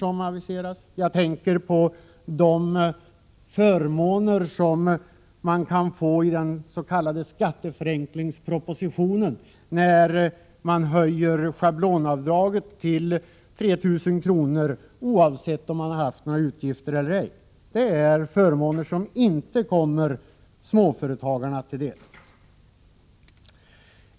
som aviseras, jag tänker på de förmåner som man kan få genom den s.k. skatteförenklingspropositionen när schablonavdraget höjs till 3 000 kr. vare sig man haft några utgifter eller ej. Det är förmåner som inte kommer småföretagarna till del.